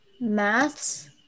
Maths